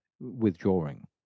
withdrawing